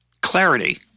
clarity